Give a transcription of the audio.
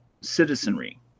citizenry